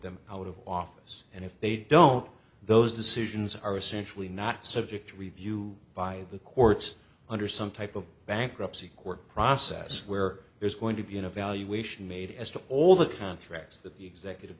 them out of office and if they don't those decisions are essentially not subject to review by the courts under some type of bankruptcy court process where there's going to be an evaluation made as to all the contracts that the executive